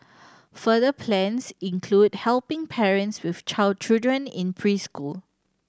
further plans include helping parents with child children in preschool